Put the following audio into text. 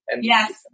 Yes